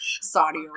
saudi